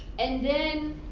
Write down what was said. and then